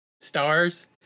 stars